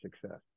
success